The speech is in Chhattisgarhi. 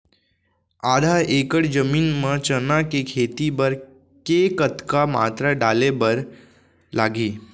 आधा एकड़ जमीन मा चना के खेती बर के कतका मात्रा डाले बर लागही?